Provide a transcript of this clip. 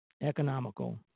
economical